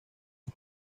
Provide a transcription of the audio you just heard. del